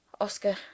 Oscar